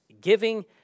giving